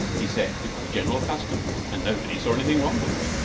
he said it was a general custom, and nobody saw anything wrong with it.